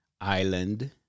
island